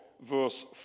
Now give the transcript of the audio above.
verse